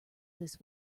this